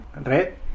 red